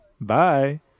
Bye